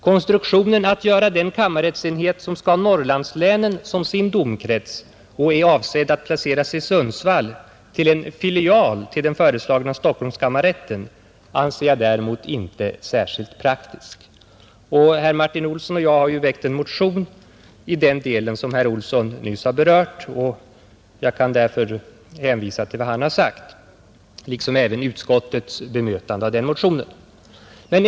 Konstruktionen att göra den kammarrättsenhet som skall ha Norrlandslänen som sin domkrets och som är avsedd att placeras i Sundsvall som en filial till den föreslagna Stockholmskammarrätten, anser jag däremot inte vara särskilt praktisk. Herr Martin Olsson och jag har också väckt en motion i den frågan, och eftersom herr Olsson nyss har berört motionen kan jag hänvisa till vad han har sagt om den och om utskottets ganska positiva bemötande av den motionen.